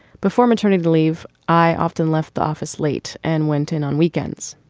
before maternity leave i often left the office late and went in on weekends.